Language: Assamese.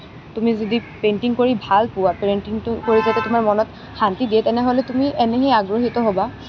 তুমি যদি পেইণ্টিং কৰি ভাল পোৱা পেইণ্টিংটো কৰি যদি তোমাৰ মনত শান্তি দিয়ে তেনেহ'লে তুমি এনেই আগ্ৰহিত হ'বা